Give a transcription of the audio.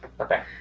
Okay